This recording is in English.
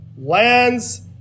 lands